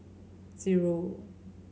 zero